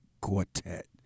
Quartet